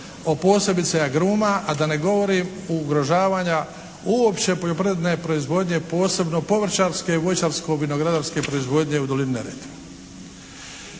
a posebice agruma a da ne govorim ugrožavanja uopće poljoprivredne proizvodnje posebno povrćarske, voćarsko-vinogradarske proizvodnje proizvodnje